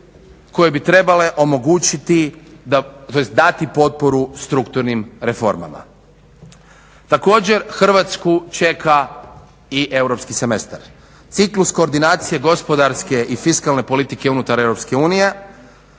koje bi trebale omogućiti, tj dati potporu strukturnim reformama. Također Hrvatsku čeka i europski semestar. Ciklus koordinacije gospodarske i fiskalne politike unutar EU